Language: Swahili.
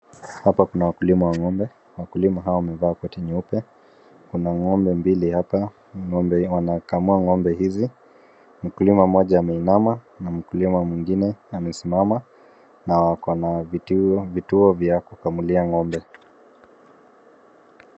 Hapa kuna wakulima wa ng'ombe. wakulima hawa wamevaa koti nyeupe. Kuna ng'ombe mbili hapa, wanakamua ng'ombe hizi. Mkulima mmoja ameinama na mkulima mwingine amesimama na wako na vituo vya kukamulia ng'ombe.